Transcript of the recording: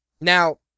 Now